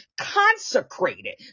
consecrated